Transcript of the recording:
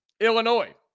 Illinois